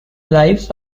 lives